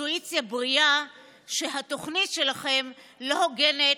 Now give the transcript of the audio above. אינטואיציה בריאה שהתוכנית שלכם לא הוגנת,